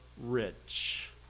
rich